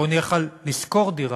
בואו נלך על לשכור דירה: